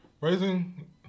Raising